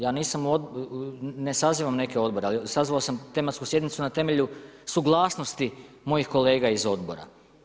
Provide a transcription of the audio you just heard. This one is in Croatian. Ja ne sazivam neke odbore, ali sazvao sam tematsku sjednicu na temelju suglasnosti mojih kolega iz odbora.